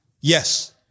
Yes